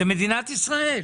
זה מדינת ישראל.